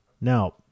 Now